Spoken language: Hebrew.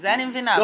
לא.